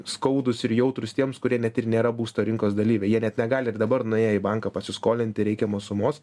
skaudūs ir jautrūs tiems kurie net ir nėra būsto rinkos dalyviai jie net negali dabar nuėję į banką pasiskolinti reikiamos sumos